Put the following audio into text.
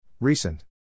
Recent